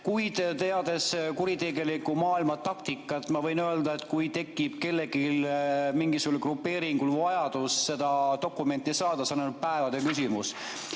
Kuid teades kuritegeliku maailma taktikat, ma võin öelda, et kui tekib kellelgi, mingisugusel grupeeringul vajadus seda dokumenti saada, siis see on ainult päevade küsimus.